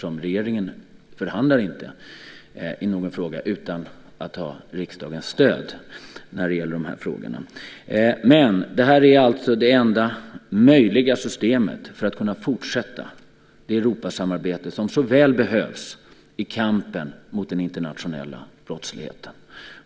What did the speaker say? Regeringen förhandlar inte i någon fråga utan att ha riksdagens stöd i frågorna. Det är det enda möjliga systemet för att kunna fortsätta det Europasamarbete som så väl behövs i kampen mot den internationella brottsligheten.